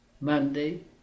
Monday